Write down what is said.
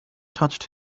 touched